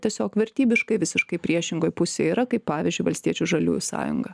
tiesiog vertybiškai visiškai priešingoj pusėj yra kaip pavyzdžiui valstiečių žaliųjų sąjunga